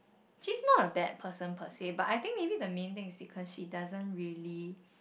she's not a bad person per se but I think maybe the main thing is she doesn't really